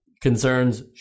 concerns